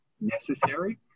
necessary